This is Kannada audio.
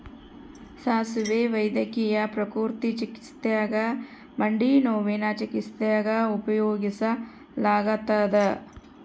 ಸಾಸುವೆ ವೈದ್ಯಕೀಯ ಪ್ರಕೃತಿ ಚಿಕಿತ್ಸ್ಯಾಗ ಮಂಡಿನೋವಿನ ಚಿಕಿತ್ಸ್ಯಾಗ ಉಪಯೋಗಿಸಲಾಗತ್ತದ